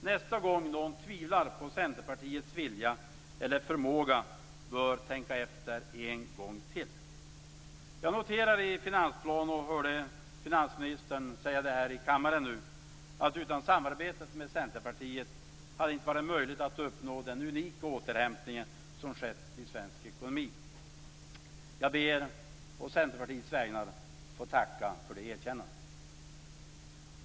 Nästa gång man tvivlar på Centerpartiets vilja eller förmåga bör man tänka efter en gång till. Jag noterar i finansplanen, och hörde också finansministern nyss säga det här i kammaren, att utan samarbetet med Centerpartiet hade det inte varit möjligt att uppnå den unika återhämtning som skett i svensk ekonomi. Jag ber å Centerpartiets vägnar att få tacka för det erkännandet.